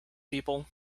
people